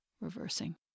reversing